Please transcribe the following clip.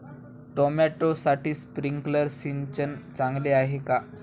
टोमॅटोसाठी स्प्रिंकलर सिंचन चांगले आहे का?